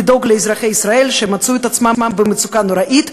היא לדאוג לאזרחי ישראל שמצאו את עצמם במצוקה נוראית,